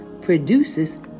produces